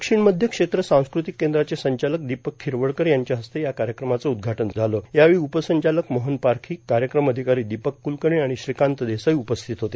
दक्षिण मध्य क्षेत्र सांस्कृतिक केंद्राचे संचालक दिपक खिरवाडकर यांच्या हस्ते या कार्यक्रमाचं उद्घाटन झालं यावेळी उपसंचालक मोहन पारखी कार्यक्रम अधिकारी दिपक कुलकर्णी आणि श्रीकांत देसाई उपस्थित होते